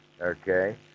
okay